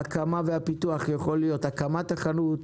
ההקמה והפיתוח יכולים להיות הקמת החנות,